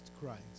Christ